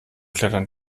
klettern